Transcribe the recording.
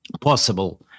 possible